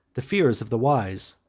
the fears of the wise,